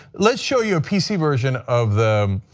let's show you a pc version of the